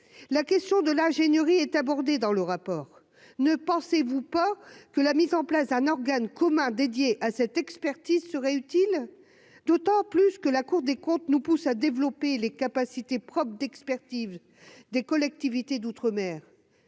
la question de l'ingénierie est abordée dans le rapport, ne pensez-vous pas que la mise en place d'un organe commun dédié à cette expertise serait utile, d'autant plus que la Cour des comptes nous pousse à développer les capacités propres d'expertise des collectivités d'outre- mer,